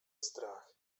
strach